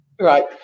Right